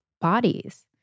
bodies